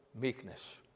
meekness